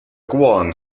guan